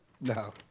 No